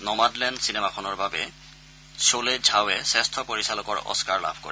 Nomadland চিনেমাখনৰ বাবে Chloe Zhao শ্ৰেষ্ঠ পৰিচালকৰ অস্কাৰ লাভ কৰে